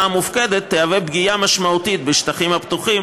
המופקדת תהווה פגיעה משמעותית בשטחים הפתוחים